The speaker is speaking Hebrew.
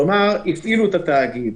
כלומר הפעילו את התאגיד.